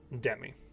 Demi